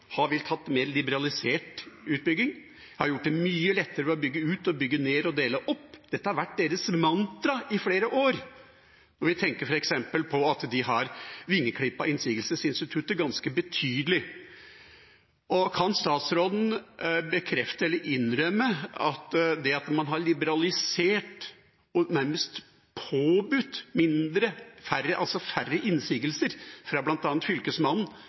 har villet ha mer liberalisert utbygging og har gjort det mye lettere å bygge ut, bygge ned og dele opp. Dette har vært deres mantra i flere år. Vi tenker f.eks. på at de har vingeklippet innsigelsesinstituttet ganske betydelig. Kan statsråden bekrefte eller innrømme at det at man har liberalisert og nærmest påbudt færre innsigelser fra bl.a. Fylkesmannen,